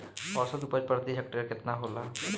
औसत उपज प्रति हेक्टेयर केतना होला?